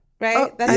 Right